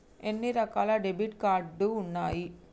ఎన్ని రకాల debit card ఉన్నాయి?